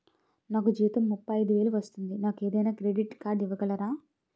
నాకు జీతం ముప్పై ఐదు వేలు వస్తుంది నాకు ఏదైనా క్రెడిట్ కార్డ్ ఇవ్వగలరా?